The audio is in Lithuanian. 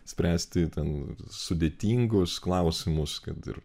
spręsti ten sudėtingus klausimus kad ir